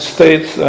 States